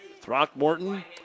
Throckmorton